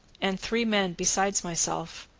and three men besides myself,